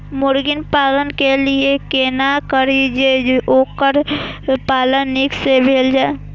मुर्गी पालन के लिए केना करी जे वोकर पालन नीक से भेल जाय?